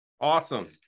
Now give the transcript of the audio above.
Awesome